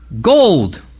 gold